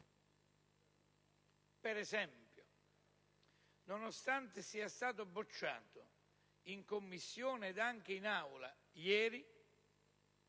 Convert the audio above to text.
Per esempio, nonostante sia stato bocciato in Commissione, e ieri anche in Aula,